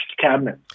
cabinet